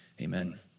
amen